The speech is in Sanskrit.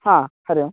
हा हरिः ओम्